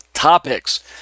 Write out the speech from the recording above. Topics